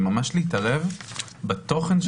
זה ממש להתערב בתוכן.